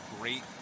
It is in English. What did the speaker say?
great